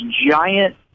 giant